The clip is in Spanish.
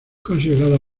considerada